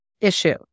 issue